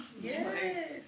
Yes